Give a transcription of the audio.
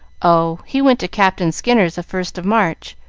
oh, he went to captain skinner's the first of march,